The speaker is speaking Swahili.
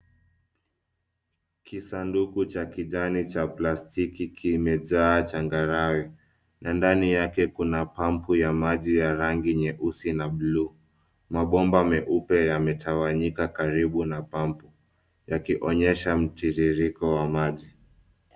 Kisanduku cha kijani cha plastiki kimejaa changarawe, na ndani yake kuna pampu ya maji ya rangi nyeusi na buluu. Mabomba meupe yameitawanyika karibu na pampu, yakionyesha mtiririko wa maji.